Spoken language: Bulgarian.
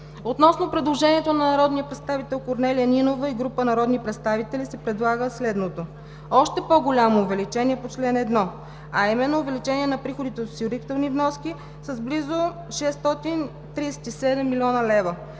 Относно предложението на народния представител Корнелия Нинова и група народни представители се предлага следното: още по-голямо увеличение по чл. 1, а именно увеличение на приходите от осигурителни вноски с близо 637 млн. лв.,